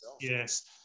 yes